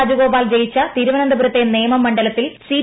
രാജഗോപാൽ ജയിച്ച തിരുവനന്തപുരത്തെ നേമം മണ്ഡലത്തിൽ സി